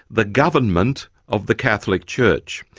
the government of the catholic church.